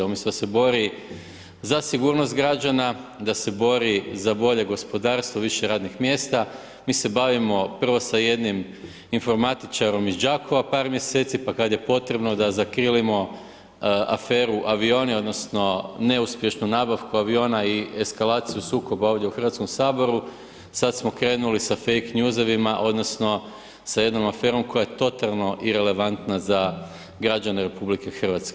Umjesto da se bori za sigurnost građana, da se bori za bolje gospodarstvo, više radnih mjesta, mi se bavimo prvo sa jednim informatičarom iz Đakova par mjeseci pa kad je potrebno da zakrilimo aferu avioni odnosno neuspješnu nabavku aviona i eskalaciju sukoba ovdje u Hrvatskom saboru, sad smo krenuli sa fake newsevima odnosno sa jednom aferom koje je totalno irelevantna za građane RH.